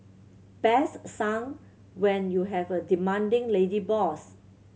best sung when you have a demanding lady boss